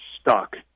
stuck